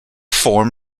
form